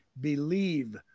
believe